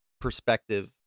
perspective